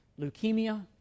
leukemia